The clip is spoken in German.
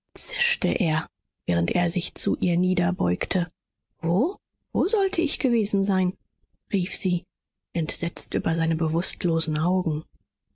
er während er sich zu ihr niederbeugte wo wo sollte ich gewesen sein rief sie entsetzt über seine bewußtlosen augen